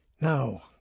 Now